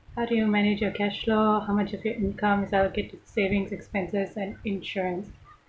how do you manage your cash flow how much of your income is allocated to saving expenses and insurance